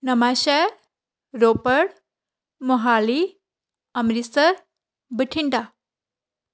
Nawanshahr Ropar Mohali Amritsar Bathinda